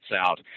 out